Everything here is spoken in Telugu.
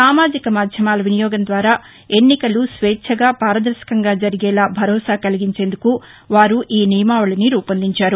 సామాజిక మాధ్యమాల వినియోగం ద్వారా ఎన్నికలు స్వేచ్చగా పారదర్శకంగా జరిగేలా భరోసా కలిగించేందుకు వారు ఈ నియమావళిని రూపొందించారు